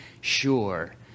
sure